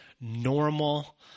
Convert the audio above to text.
normal